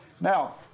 Now